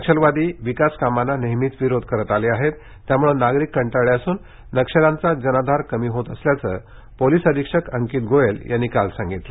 नक्षलवादी विकासकामांना नेहमीच विरोध करत आले आहेत त्यामुळे नागरिक कंटाळले असून नक्षल्यांचा जनाधार कमी होत असल्याचं पोलिस अधीक्षक अंकित गोयल यांनी काल सांगितलं